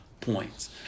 points